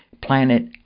planet